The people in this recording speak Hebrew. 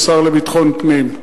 השר לביטחון פנים,